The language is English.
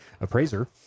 appraiser